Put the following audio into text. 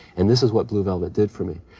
and this is what blue velvet did for me.